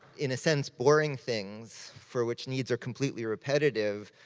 in a sense, boring things, for which needs are completely repetitive,